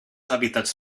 hàbitats